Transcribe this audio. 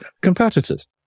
competitors